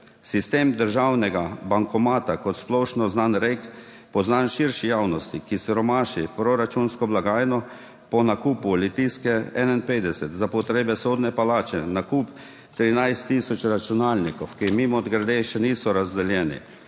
Sistem državnega bankomata kot splošno znan rek, poznan širši javnosti, ki siromaši proračunsko blagajno, po nakupu Litijske 51 za potrebe sodne palače, nakup 13 tisoč računalnikov, ki mimogrede še niso razdeljeni,